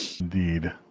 indeed